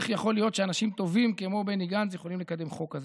ואיך יכול להיות שאנשים טובים כמו בני גנץ יכולים לקדם חוק כזה?